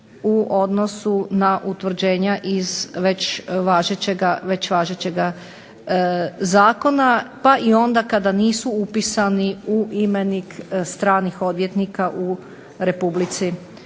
u odnosu na utvrđenja iz već važećega Zakona pa i onda kada nisu upisani u imenik stranih odvjetnika u Republici